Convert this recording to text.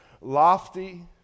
lofty